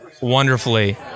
wonderfully